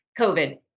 COVID